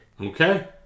Okay